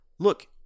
Look